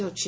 କରାଯାଉଛି